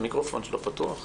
סוף סוף אני רואה